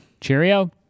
Cheerio